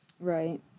Right